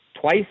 twice